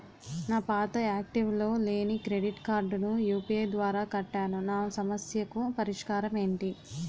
నా పాత యాక్టివ్ లో లేని క్రెడిట్ కార్డుకు యు.పి.ఐ ద్వారా కట్టాను నా సమస్యకు పరిష్కారం ఎంటి?